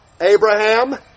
Abraham